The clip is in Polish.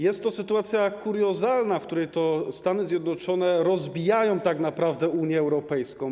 Jest to sytuacja kuriozalna, w której Stany Zjednoczone rozbijają tak naprawdę Unię Europejską.